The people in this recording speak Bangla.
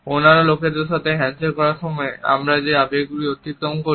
অন্যান্য লোকেদের সাথে হ্যান্ডশেক করার সময় আমরা যে আবেগগুলি অতিক্রম করি